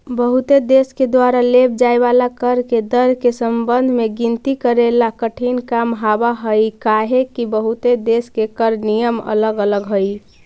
बहुते देश के द्वारा लेव जाए वाला कर के दर के संबंध में गिनती करेला कठिन काम हावहई काहेकि बहुते देश के कर नियम अलग अलग हई